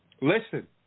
Listen